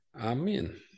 amen